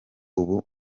ubu